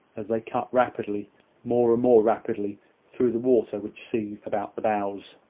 as they cut rapidly more and more rapidly through the water which seethed about the bows.